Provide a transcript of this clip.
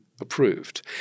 approved